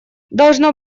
должно